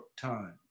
time